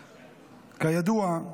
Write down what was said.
כידוע,